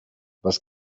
was